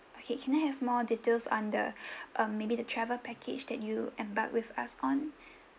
okay can I have more details on the um maybe the travel package that you embark with us on